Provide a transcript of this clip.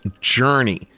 Journey